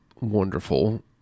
wonderful